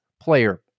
player